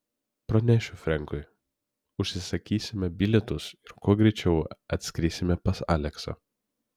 pranešiu frenkui užsisakysime bilietus ir kuo greičiau atskrisime pas aleksą